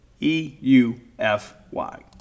e-u-f-y